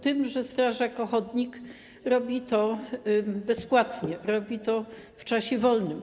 Tym, że strażak ochotnik robi to bezpłatnie, robi to w czasie wolnym.